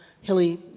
hilly